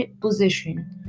position